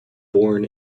born